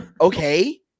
Okay